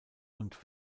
und